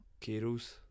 Keros